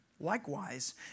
likewise